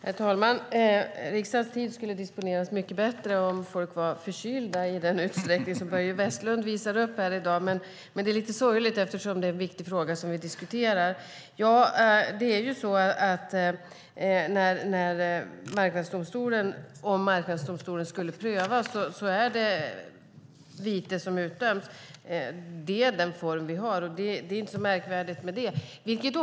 Herr talman! Riksdagens tid skulle disponeras mycket bättre om folk var förkylda i den utsträckning som Börje Vestlund visade upp här i dag. Men det är lite sorgligt, eftersom det är en viktig fråga som vi diskuterar. Om Marknadsdomstolen skulle göra en prövning är det vite som kan utdömas. Det är den form som vi har. Det är inte så märkvärdigt med det.